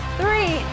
three